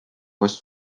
was